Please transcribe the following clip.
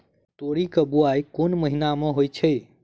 तोरी केँ बोवाई केँ महीना मे होइ छैय?